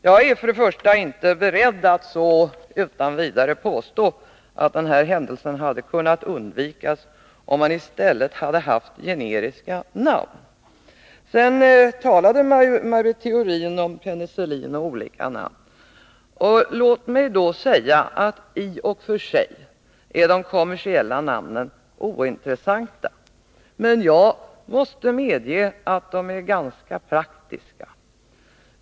Jag vill först och främst inte utan vidare påstå att den här händelsen hade kunnat undvikas om man i stället haft generiska namn. Maj Britt Theorin talade om penicillin och olika namn. Låt mig då säga att de kommersiella namnen i och för sig är ointressanta. Men jag måste medge att de är ganska praktiska.